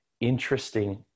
interesting